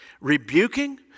rebuking